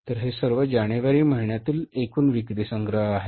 तर हे सर्व जानेवारी महिन्यातील एकूण विक्री संग्रह आहे